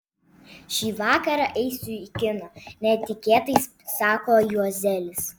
šį vakarą eisiu į kiną netikėtai sako juozelis